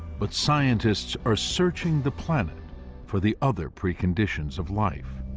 but scientists are searching the planet for the other preconditions of life.